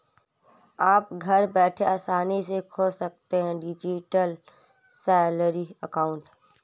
आप घर बैठे आसानी से खोल सकते हैं डिजिटल सैलरी अकाउंट